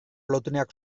lotuneak